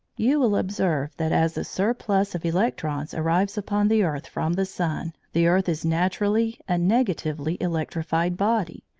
you will observe that as a surplus of electrons arrives upon the earth from the sun, the earth is naturally a negatively electrified body,